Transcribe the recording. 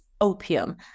opium